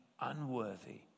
unworthy